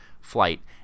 flight